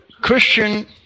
Christian